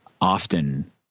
often